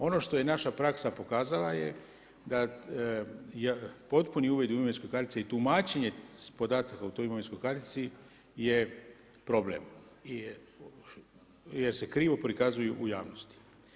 Ono što je naša praksa pokazala je da potpuni uvid u imovinsku karticu i tumačenje podatka o toj imovinskoj kartici je problem, jer se krivo prikazuju u javnosti.